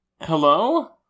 hello